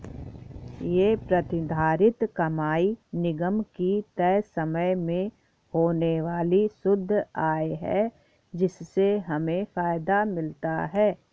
ये प्रतिधारित कमाई निगम की तय समय में होने वाली शुद्ध आय है जिससे हमें फायदा मिलता है